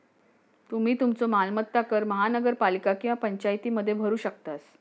तुम्ही तुमचो मालमत्ता कर महानगरपालिका किंवा पंचायतीमध्ये भरू शकतास